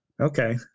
Okay